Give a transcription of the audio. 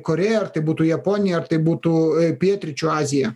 korėja ar tai būtų japonija ar tai būtų pietryčių azija